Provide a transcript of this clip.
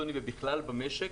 ובכלל במשק,